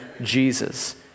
Jesus